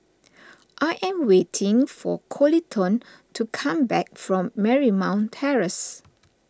I am waiting for Coleton to come back from Marymount Terrace